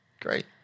Great